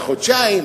חודשיים,